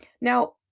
Now